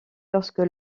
lorsque